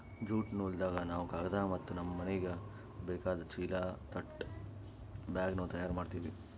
jute ನೂಲ್ದಾಗ್ ನಾವ್ ಕಾಗದ್ ಮತ್ತ್ ನಮ್ಮ್ ಮನಿಗ್ ಬೇಕಾದ್ ಚೀಲಾ ತಟ್ ಬ್ಯಾಗ್ನು ತಯಾರ್ ಮಾಡ್ತೀವಿ